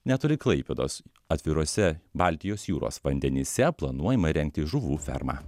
netoli klaipėdos atviruose baltijos jūros vandenyse planuojama įrengti žuvų fermą